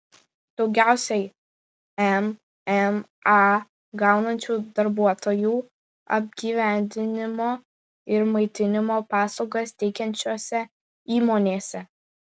daugiausiai mma gaunančių darbuotojų apgyvendinimo ir maitinimo paslaugas teikiančiose įmonėse